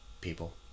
People